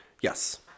yes